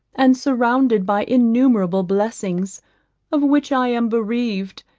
and surrounded by innumerable blessings of which i am bereaved,